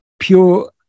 pure